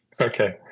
Okay